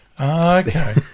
Okay